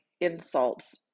insults